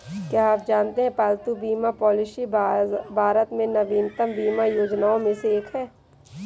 क्या आप जानते है पालतू बीमा पॉलिसी भारत में नवीनतम बीमा योजनाओं में से एक है?